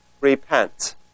repent